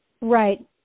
Right